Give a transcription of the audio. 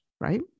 right